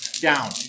Down